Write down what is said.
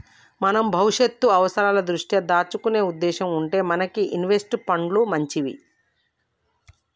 మనం భవిష్యత్తు అవసరాల దృష్ట్యా దాచుకునే ఉద్దేశం ఉంటే మనకి ఇన్వెస్ట్ పండ్లు మంచిది